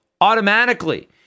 automatically